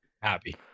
Happy